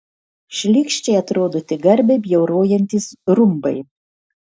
šlykščiai atrodo tik garbę bjaurojantys rumbai